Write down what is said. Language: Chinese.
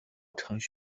程序